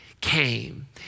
came